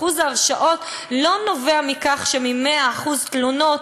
אחוז ההרשעות לא נובע מכך שמ-100% התלונות,